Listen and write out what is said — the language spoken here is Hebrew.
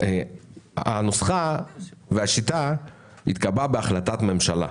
הנוסחה והשיטה התקבעה בהחלטת ממשלה.